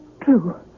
true